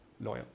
loyal